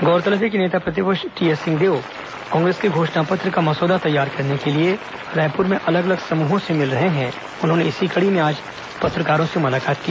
गौरतलब है कि नेता प्रतिपक्ष टीएस सिंहदेव कांग्रेस के घोषणापत्र का मसौदा तैयार करने के लिए रायपुर में अलग अलग समूहों से मिल रहे हैं उन्होंने इसी कड़ी में आज पत्रकारों से मुलाकात की